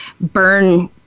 burn